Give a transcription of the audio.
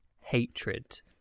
hatred